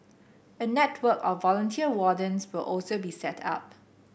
a network of volunteer wardens will also be set up